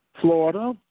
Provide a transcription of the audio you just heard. Florida